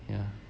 yeah